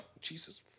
Jesus